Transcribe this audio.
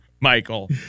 Michael